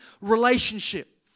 relationship